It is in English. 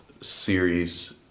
series